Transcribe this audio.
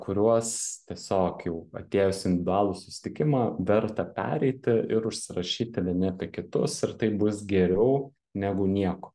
kuriuos tiesiog jau atėjus į individualų susitikimą verta pereiti ir užsirašyti vieni kitus ir taip bus geriau negu nieko